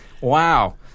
wow